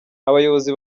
abayobozi